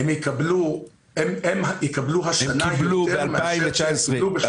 הן יקבלו השנה יותר מאשר קיבלו שנתיים קודם.